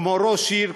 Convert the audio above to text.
כמו ראש עיר,